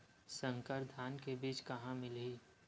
संकर धान के बीज कहां मिलही?